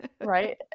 Right